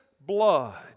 blood